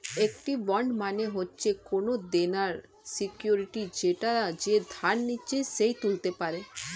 একটি বন্ড মানে হচ্ছে কোনো দেনার সিকিউরিটি যেটা যে ধার নিচ্ছে সে তুলতে পারে